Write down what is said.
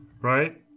Right